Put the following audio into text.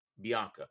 Bianca